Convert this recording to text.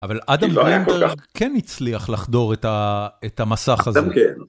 אבל אדם למברט - לא היה כל כך - כן הצליח לחדור את המסך הזה.